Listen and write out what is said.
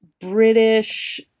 British